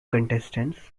contestants